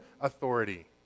authority